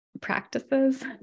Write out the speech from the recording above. practices